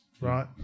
right